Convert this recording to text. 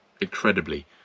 incredibly